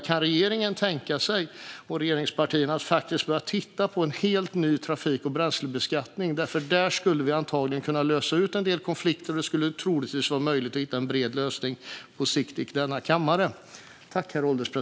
Kan regeringspartierna tänka sig att börja titta på en helt ny trafik och bränslebeskattning? Då skulle vi antagligen kunna lösa en del konflikter och på sikt kunna hitta en bred lösning i denna kammare.